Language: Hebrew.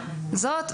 זאת?